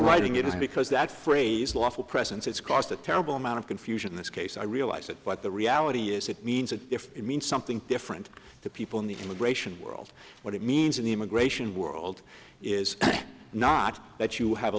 writing it is because that phrase lawful presence it's cost a terrible amount of confusion in this case i realize that but the reality is it means that if it means something different to people in the immigration world what it means in the immigration world is not that you have a